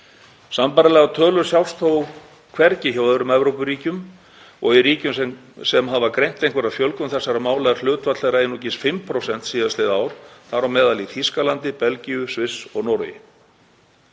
Sambærilegar tölur sjást þó hvergi hjá öðrum Evrópuríkjum og í ríkjum sem hafa greint einhverja fjölgun þessara mála er hlutfall þeirra einungis um 5% síðastliðið ár, þar á meðal í Þýskalandi, Belgíu, Sviss og Noregi.